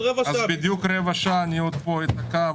בדיוק רבע שעה אני אתעכב פה,